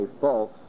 false